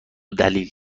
دلیل